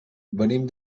venim